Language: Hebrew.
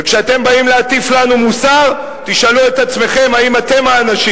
וכשאתם באים להטיף לנו מוסר תשאלו את עצמכם אם אתם האנשים.